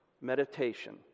meditation